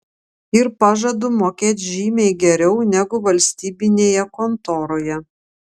ir pažadu mokėt žymiai geriau negu valstybinėje kontoroje